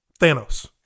Thanos